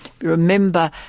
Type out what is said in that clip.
Remember